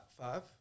five